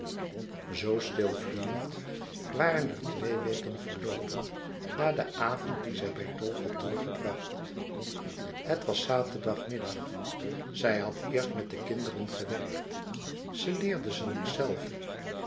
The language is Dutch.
zoo stil vloeiend waren er twee weken verloopen na den avond dien zij bij dolf had doorgebracht het was zaterdagmiddag zij had eerst met de kinderen gewerkt ze leerde ze nog zelve